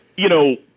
you know,